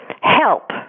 Help